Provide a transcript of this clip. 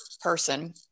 person